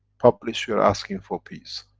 publish you're, asking for peace